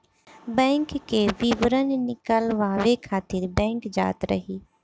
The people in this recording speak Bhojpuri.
बैंक के विवरण निकालवावे खातिर बैंक जात रही